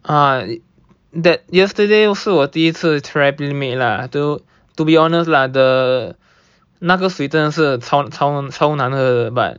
err that yesterday 是我第一次 try Playmade lah to to be honest lah the 那个 sweetened 是超超超难喝的 but